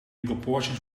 proportions